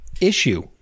issue